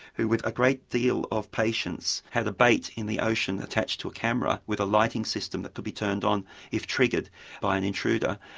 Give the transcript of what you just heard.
with a great deal of patience, had a bait in the ocean attached to a camera with a lighting system that could be turned on if triggered by an intruder.